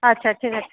আচ্ছা ঠিক আছে